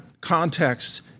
context